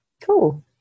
Cool